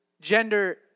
gender